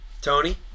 Tony